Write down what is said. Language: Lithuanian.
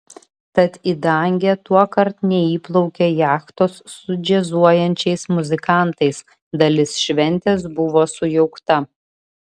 tad į dangę tuokart neįplaukė jachtos su džiazuojančiais muzikantais dalis šventės buvo sujaukta